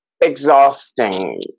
exhausting